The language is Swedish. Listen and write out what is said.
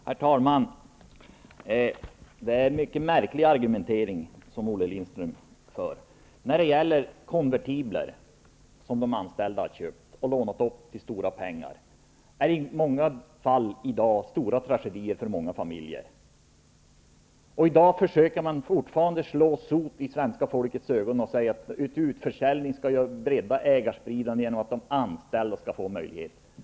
Herr talman! Det är en mycket märklig argumentering som Olle Lindström för. Konvertibler som de anställda har köpt och som de lånat stora pengar till, har lett till stora tragedier för många familjer i dag. I dag försöker man fortfarande slå dunster i ögonen på svenska folket och säga att en utförsäljning skall bredda ägandet genom att de anställda skall få möjligheter att köpa in sig.